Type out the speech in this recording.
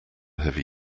heavy